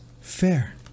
fair